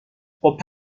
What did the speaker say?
خوب